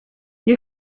you